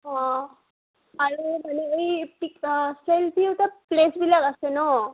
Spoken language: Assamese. অঁ আৰু মানে এই চেলফি উঠা প্লেচবিলাক আছে ন